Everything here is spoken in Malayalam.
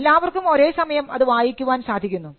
എല്ലാവർക്കും ഒരേസമയം അത് വായിക്കാൻ സാധിക്കുന്നു